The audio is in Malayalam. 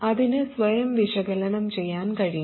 അതിന് സ്വയം വിശകലനം ചെയ്യാൻ കഴിയും